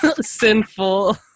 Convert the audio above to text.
sinful